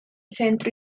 centro